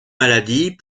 maladies